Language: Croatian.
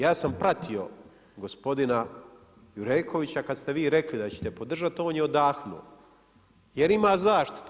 Ja sam pratio gospodina Jurekovića kad ste vi rekli da ćete podržati, on je odahnuo jer ima zaštitu.